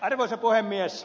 arvoisa puhemies